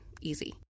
easy